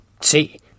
see